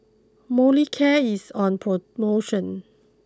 Molicare is on promotion